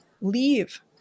leave